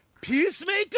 Peacemaker